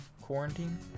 quarantine